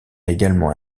également